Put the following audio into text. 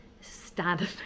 standard